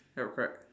correct correct